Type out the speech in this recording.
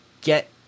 get